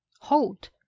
Hold